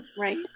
right